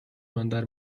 بندر